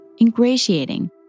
ingratiating